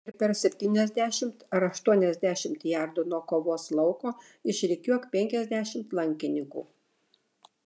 ir per septyniasdešimt ar aštuoniasdešimt jardų nuo kovos lauko išrikiuok penkiasdešimt lankininkų